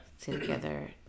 together